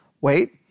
wait